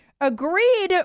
agreed